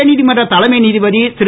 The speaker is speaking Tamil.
உச்சநீதமன்ற தலைமை நீதிபதி திரு